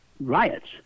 riots